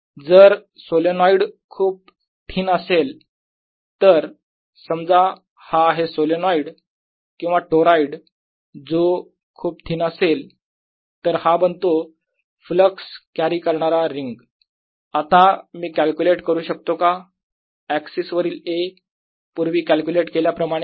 जर सोलेनोईड खूप थिन असेल तर समजा हा आहे सोलेनोईड किंवा टोराईड जो खूप थिन असेल तर हा बनतो फ्लक्स कॅरी करणारी रिंग आता मी कॅल्क्युलेट करू शकतो का एक्सिस वरील A पूर्वी कॅल्क्युलेट केल्याप्रमाणे